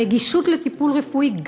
נגישות הטיפול רפואי,